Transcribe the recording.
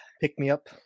pick-me-up